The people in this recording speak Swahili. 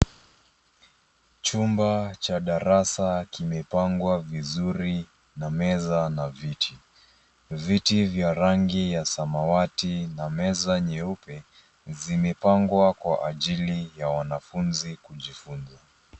Chumba cha darasa kimepangwa vizuri na meza na viti. Viti vya rangi ya samawati na meza nyeupe, zimepangwa kwa ajili ya wanafunzi kujifunza.